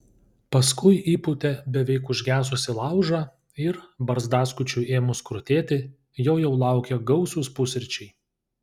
paskui įpūtė beveik užgesusį laužą ir barzdaskučiui ėmus krutėti jo jau laukė gausūs pusryčiai